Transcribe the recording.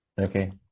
Okay